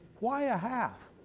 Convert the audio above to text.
why a half?